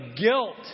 guilt